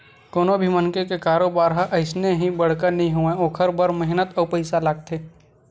कोनो भी मनखे के कारोबार ह अइसने ही बड़का नइ होवय ओखर बर मेहनत अउ पइसा लागथे